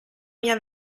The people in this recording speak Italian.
mia